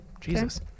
Jesus